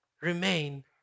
remain